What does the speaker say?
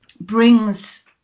brings